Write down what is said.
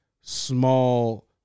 small